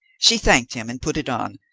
she thanked him and put it on,